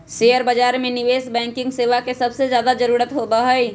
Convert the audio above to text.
share बाजार में निवेश बैंकिंग सेवा के सबसे ज्यादा जरूरत होबा हई